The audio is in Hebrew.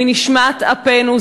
מנשמת אפנו,